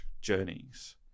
journeys